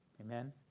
Amen